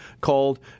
called